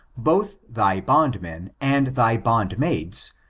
both thy bond men and thy bondmaids,